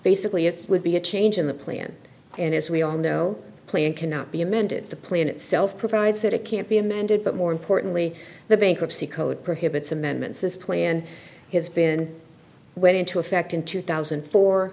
basically it would be a change in the plan and as we all know plan cannot be amended the plan itself provides that it can't be amended but more importantly the bankruptcy code prohibits amendments this plan has been went into effect in two thousand